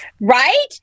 Right